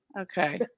Okay